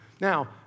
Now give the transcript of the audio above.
Now